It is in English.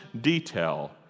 detail